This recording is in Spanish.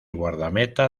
guardameta